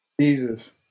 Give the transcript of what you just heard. Jesus